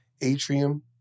atrium